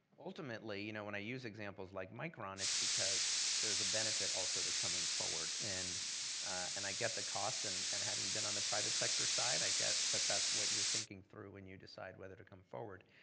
ultimately, you know when i use examples like micron it's because there's a benefit also to coming forward, and and i get the cost, and and having been on the private sector side i get that that's what you're thinking through when you decide whether to come forward,